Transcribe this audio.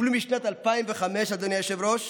טופלו משנת 2005, אדוני היושב-ראש,